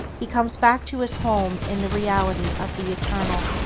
he comes back to his home in the reality of the eternal.